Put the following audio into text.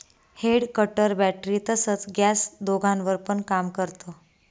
head cutter battery तसच gas दोघांवर पण काम करत